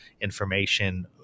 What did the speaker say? information